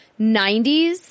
90s